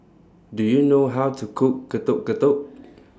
Do YOU know How to Cook Getuk Getuk